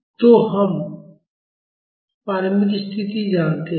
तो हम प्रारंभिक स्थिति जानते हैं